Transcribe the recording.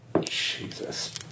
Jesus